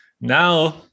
now